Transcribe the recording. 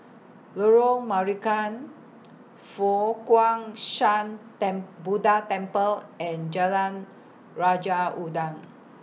Lorong Marican Fo Guang Shan ten Buddha Temple and Jalan Raja Udang